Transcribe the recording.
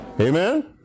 Amen